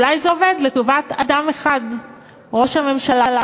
אולי זה עובד לטובת אדם אחד, ראש הממשלה.